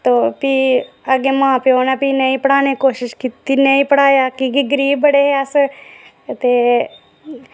तो फ्ही अग्गै मां प्यो ने फ्ही नेईं पढ़ाने दी कोशिश कीती नेईं पढ़ाया की के गरीब बड़े हे अस ते